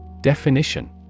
Definition